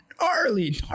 gnarly